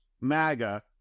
MAGA